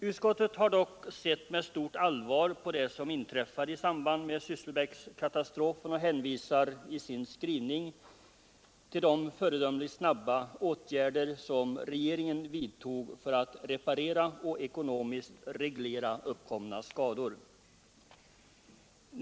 Utskottet har dock sett med stort allvar på det som inträffade i samband med Sysslebäckskatastrofen och hänvisar i sin skrivning till de föredömligt snabba åtgärder som regeringen vidtog för att reparera och ekonomiskt reglera uppkomna skador.